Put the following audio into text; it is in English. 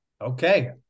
Okay